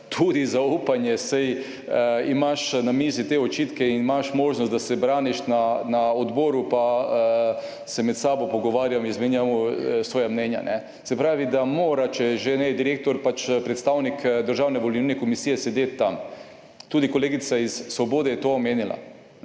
tudi zaupanje, saj imaš na mizi te očitke in imaš možnost, da se braniš, na odboru pa se med sabo pogovarjamo in izmenjamo svoja mnenja. Se pravi, da mora, če že ne direktor, pač predstavnik Državne volilne komisije sedeti tam. Tudi kolegica iz Svobode je to omenila.